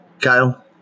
kyle